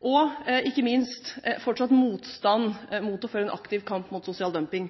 og ikke minst en fortsatt motstand mot å føre en aktiv kamp mot sosial dumping.